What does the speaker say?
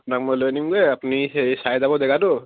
আপোনাক মই লৈ আনিমগৈ আপুনি হেৰি চাই যাব জেগাটো